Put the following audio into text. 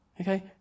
Okay